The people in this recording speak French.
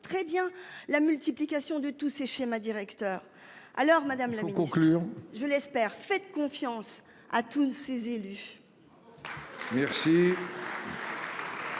très bien la multiplication de tous ces schémas directeurs alors Madame la conclusion je l'espère fait confiance à tous ces élus.